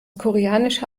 koreanische